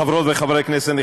חבר'ה, חברי הכנסת.